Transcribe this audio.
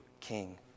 King